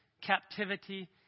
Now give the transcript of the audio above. captivity